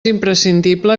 imprescindible